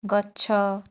ଗଛ